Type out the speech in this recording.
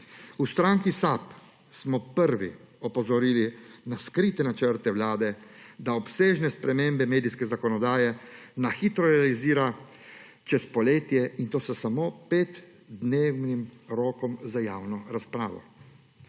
V stranki SAB smo prvi opozorili na skrite načrte Vlade, da obsežne spremembe medijske zakonodaje na hitro realizira čez poletje, in to s samo 5-dnevnim rokom za javno razpravo.